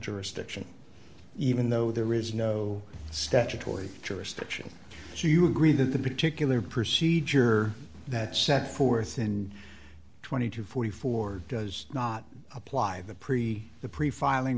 jurisdiction even though there is no statutory jurisdiction so you agree that the particular procedure that set forth in twenty to forty four does not apply the pre the pre filing